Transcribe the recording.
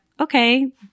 okay